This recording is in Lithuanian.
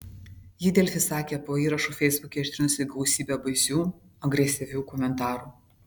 ji delfi sakė po įrašu feisbuke ištrynusi gausybę baisių agresyvių komentarų